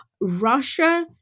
Russia